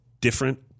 different